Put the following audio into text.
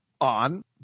on